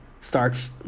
starts